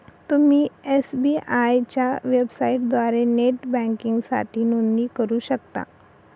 तुम्ही एस.बी.आय च्या वेबसाइटद्वारे नेट बँकिंगसाठी नोंदणी करू शकता